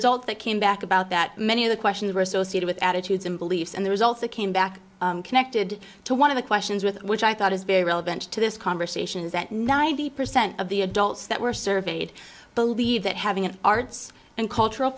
results that came back about that many of the questions were associated with attitudes and beliefs and the results that came back connected to one of the questions with which i thought is very relevant to this conversation is that ninety percent of the adults that were surveyed believe that having an arts and cultural